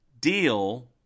deal